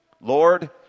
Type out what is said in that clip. Lord